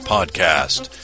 Podcast